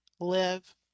live